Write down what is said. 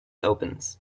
opens